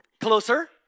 Closer